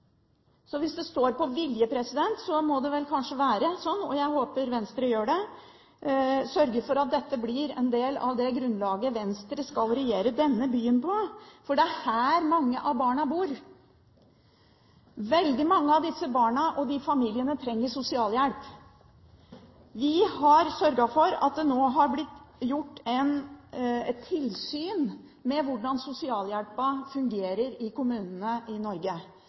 Så hvis det står på vilje, må det vel kanskje være sånn. Jeg håper Venstre sørger for at dette blir en del av det grunnlaget Venstre skal regjere denne byen på, for det er her mange av barna bor. Veldig mange av disse barna og familiene trenger sosialhjelp. Vi har sørget for at det nå har blitt et tilsyn med hvordan sosialhjelpen fungerer i kommunene i Norge.